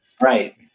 right